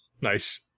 Nice